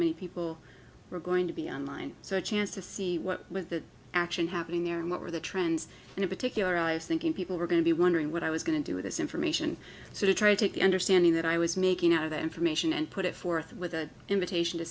many people were going to be on line so a chance to see what was the action happening there and what were the trends and in particular i was thinking people were going to be wondering what i was going to do with this information to try to take the understanding that i was making out of the information and put it forth with the invitation to